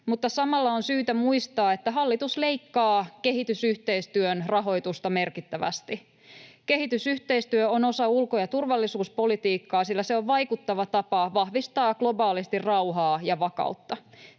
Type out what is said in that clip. mutta samalla on syytä muistaa, että hallitus leikkaa kehitysyhteistyön rahoitusta merkittävästi. Kehitysyhteistyö on osa ulko- ja turvallisuuspolitiikkaa, sillä se on vaikuttava tapa vahvistaa globaalisti rauhaa ja vakautta.